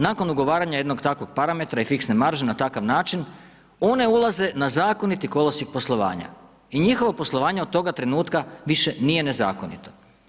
Nakon ugovaranje jednog takvog parametra i fiksne marže na takav način one ulaze na zakoniti kolosijek poslovanja i njihovo poslovanje od toga trenutka više nije nezakonito.